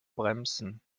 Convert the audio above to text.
bremsen